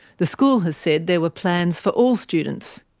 the school has said there were plans for all students,